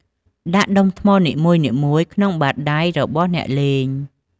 ដាក់ដុំថ្មនីមួយៗក្នុង បាតដៃ របស់អ្នកលេង។